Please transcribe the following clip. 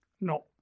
No